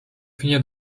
pnie